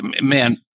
man